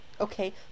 Okay